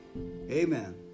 Amen